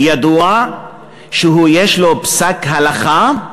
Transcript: ידוע שיש לו פסק הלכה,